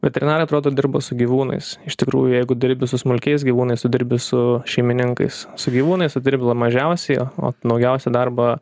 veterinarai atrodo dirba su gyvūnais iš tikrųjų jeigu dirbi su smulkiais gyvūnais tu dirbi su šeimininkais su gyvūnais tu dirbi mažiausiai o naujausią darbą